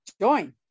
join